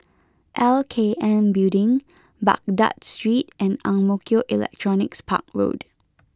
L K N Building Baghdad Street and Ang Mo Kio Electronics Park Road